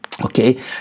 okay